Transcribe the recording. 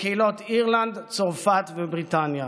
מקהילות אירלנד, צרפת ובריטניה.